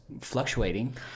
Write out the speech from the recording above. fluctuating